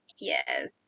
Yes